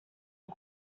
han